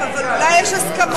הוא אמר הסכם, אבל אולי יש הסכמות?